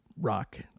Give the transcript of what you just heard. rock